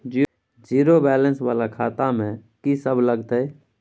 Zero balance वाला खाता में की सब लगतै?